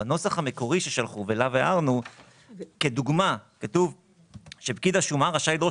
בנוסח המקורי ששלחו ועליו הערנו כתוב ש"פקיד השומה רשאי לדרוש